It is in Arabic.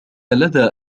لدى